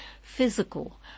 Physical